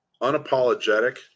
unapologetic